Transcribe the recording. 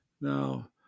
Now